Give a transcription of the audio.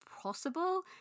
possible